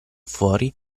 fuori